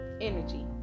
energy